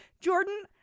Jordan